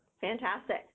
Fantastic